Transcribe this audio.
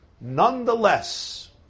Nonetheless